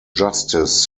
justice